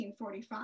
1945